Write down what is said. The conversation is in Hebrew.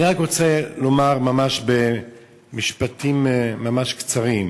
אני רק רוצה לומר במשפטים ממש קצרים,